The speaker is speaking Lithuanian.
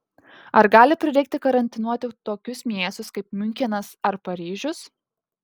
ar gali prireikti karantinuoti tokius miestus kaip miunchenas ar paryžius